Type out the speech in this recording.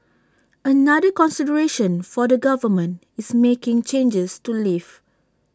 another consideration for the government is making changes to leave